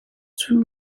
two